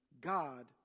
God